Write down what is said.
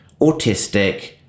autistic